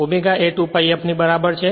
Ω એ 2 pi f ની બરાબર છે